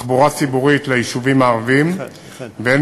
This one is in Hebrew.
התחבורה הציבורית ליישובים הערביים והן